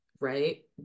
right